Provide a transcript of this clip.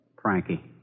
Frankie